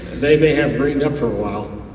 they may have greened up for a while.